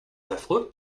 affreux